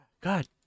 God